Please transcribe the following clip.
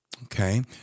Okay